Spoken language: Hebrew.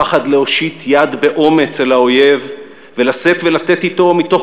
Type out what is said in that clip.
הפחד להושיט יד באומץ אל האויב ולשאת ולתת אתו מתוך